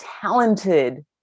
talented